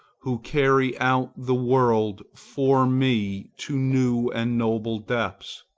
who carry out the world for me to new and noble depths,